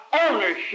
ownership